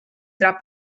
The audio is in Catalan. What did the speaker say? drap